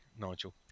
Nigel